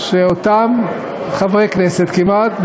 שאותם חברי כנסת כמעט,